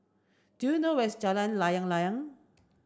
do you know where is Jalan Layang Layang